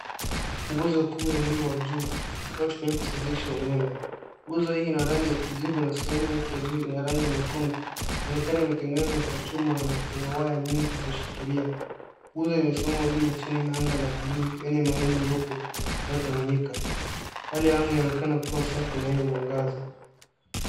Nguzo kubwa ya umeme wa juu inayotumika kusafirisha umeme. Nguzo hii ina rangi ya kijivu na sehemu yake ya juu ina rangi nyekundu. Inaonekana imetengenezwa kwa chuma na ina waya nyingi zilizoshikilia. Nguzo imesimama wima chini ya anga la buluu yenye mawingu meupe iliyotawanyika. Hali ya anga inaonekana kuwa safi na yenye mwangaza.